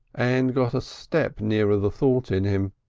and got a step nearer the thought in him.